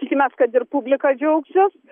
tikimės kad ir publika džiaugsis